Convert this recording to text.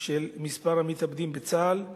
של מספר המתאבדים בצה"ל,